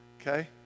Okay